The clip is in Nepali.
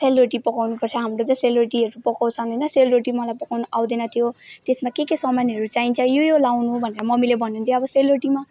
सेलरोटी पकाउनुपर्छ हाम्रो चाहिँ सेलरोटीहरू पकाउँछन् होइन सेलरोटीहरू मलाई पकाउन आउँदैन थियो त्यसमा के के सामानहरू चाहिन्छ यो यो लगाउनु भनेर मम्मीले भन्दिन्थ्यो अब सेलरोटीमा